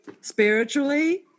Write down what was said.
spiritually